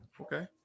Okay